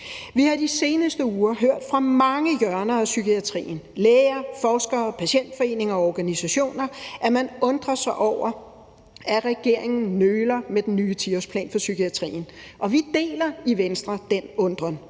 Vi har i de seneste uger hørt fra mange hjørner af psykiatrien – læger, forskere, patientforeninger og organisationer – at man undrer sig over, at regeringen nøler med den nye 10-årsplan for psykiatrien. Og vi deler i Venstre den undren.